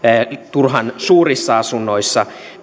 turhan suurissa asunnoissa